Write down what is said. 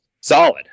solid